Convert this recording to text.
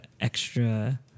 extra